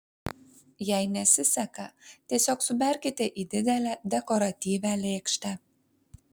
jei nesiseka tiesiog suberkite į didelę dekoratyvią lėkštę